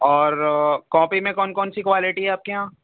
اور کاپی میں کون کون سی کوالیٹی ہے آپ کے یہاں